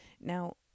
Now